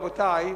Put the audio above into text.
רבותי,